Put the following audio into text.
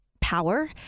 power